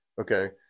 Okay